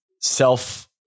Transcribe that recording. Self